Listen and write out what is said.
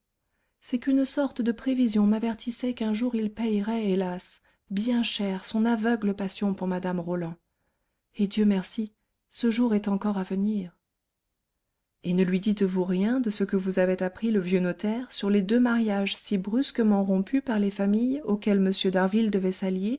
c'est qu'une sorte de prévision m'avertissait qu'un jour il payerait hélas bien cher son aveugle passion pour mme roland et dieu merci ce jour est encore à venir et ne lui dites-vous rien de ce que vous avait appris le vieux notaire sur les deux mariages si brusquement rompus par les familles auxquelles m d'harville devait s'allier